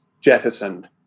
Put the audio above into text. jettisoned